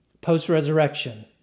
post-resurrection